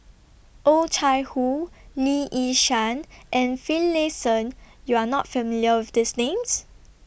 Oh Chai Hoo Lee Yi Shyan and Finlayson YOU Are not familiar with These Names